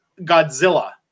Godzilla